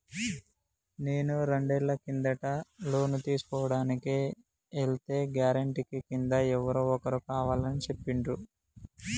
నేను రెండేళ్ల కిందట లోను తీసుకోడానికి ఎల్తే గారెంటీ కింద ఎవరో ఒకరు కావాలని చెప్పిండ్రు